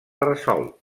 resolt